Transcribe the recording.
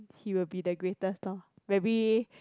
he will be the greatest lor maybe